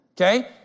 okay